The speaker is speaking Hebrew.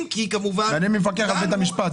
מי מפקח על בית המשפט?